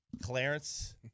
Clarence